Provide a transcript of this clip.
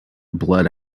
blood